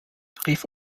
rief